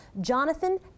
Jonathan